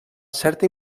certa